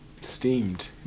Steamed